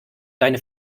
deine